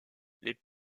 les